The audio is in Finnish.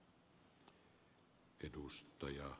arvoisa puhemies